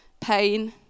pain